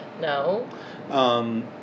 No